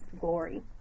glory